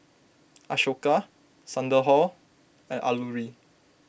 Ashoka Sunderlal and Alluri